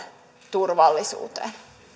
turvallisuuteen